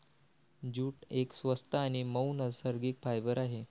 jute एक स्वस्त आणि मऊ नैसर्गिक फायबर आहे